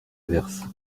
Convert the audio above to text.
averse